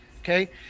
Okay